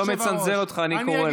אני לא מצנזר אותך, אני קורא לך.